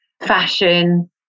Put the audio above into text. fashion